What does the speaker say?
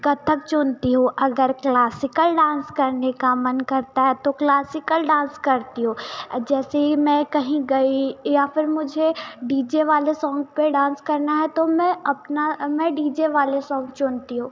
कथक चुनती हूँ अगर क्लासिकल डांस करने का मन करता है तो क्लासिकल डांस करती हूँ जैसे मैं कहीं गई या फिर मुझे डीजे वाले सौंग पर डांस करना है तो मैं अपना मैं डी जे वाले सौंग चुनती हूँ